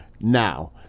Now